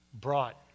brought